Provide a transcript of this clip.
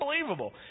unbelievable